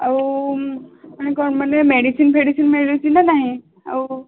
ଆଉ ମାନେ କ'ଣ ମାନେ ମେଡ଼ିସିନ୍ ଫେଡ଼ିସିନ୍ ମିଳୁଛିନା ନାହିଁ ଆଉ